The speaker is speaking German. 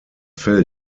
fell